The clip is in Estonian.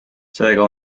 seega